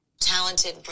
Talented